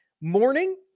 morning